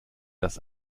das